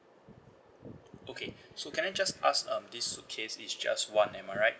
okay so can I just ask um this suitcase is just one am I right